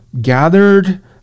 gathered